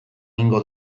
egingo